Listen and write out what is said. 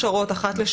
אדוני היושב-ראש,